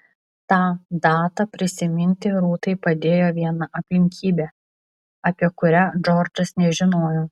tą datą prisiminti rūtai padėjo viena aplinkybė apie kurią džordžas nežinojo